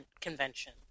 Convention